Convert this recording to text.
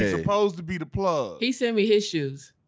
ah supposed to be the plug. he send me his shoes.